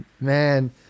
Man